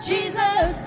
Jesus